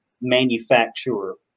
manufacturer